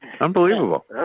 Unbelievable